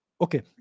Okay